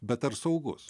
bet ar saugus